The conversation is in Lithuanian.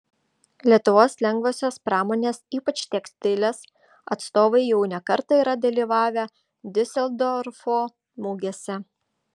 lietuvos lengvosios pramonės ypač tekstilės atstovai jau ne kartą yra dalyvavę diuseldorfo mugėse